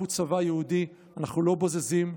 אנחנו צבא יהודי, אנחנו לא בוזזים,